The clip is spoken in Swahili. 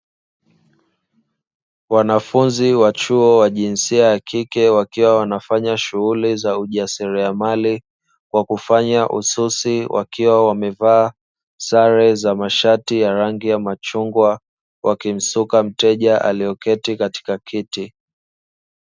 Wanafunzi wa chuo wa jinsia ya kike wakiwa wanafanya shughuli za ujasiriamali kwa kufanya ususi wakiwa wamevaa sare za mashati za rangi ya machungwa wakimsuka mteja aliyeketi katika kiti.